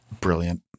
Brilliant